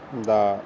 ਦਾ